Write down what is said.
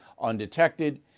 undetected